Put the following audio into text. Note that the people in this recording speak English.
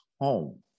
home